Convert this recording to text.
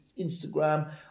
Instagram